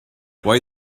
why